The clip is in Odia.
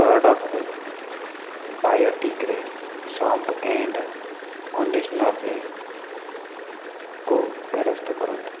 ପ୍ରଡ଼କ୍ଟ୍ ବାୟୋଟିକ୍ରେ ଶ୍ୟମ୍ପ ଆଣ୍ଡ୍ କଣ୍ଡିସନର୍କୁ ଫେରସ୍ତ କରନ୍ତୁ